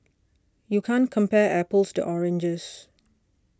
you can't compare apples to oranges